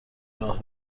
راه